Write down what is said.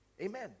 amen